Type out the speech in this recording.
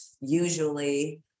usually